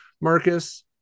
Marcus